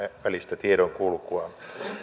välistä tiedonkulkua